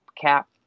cap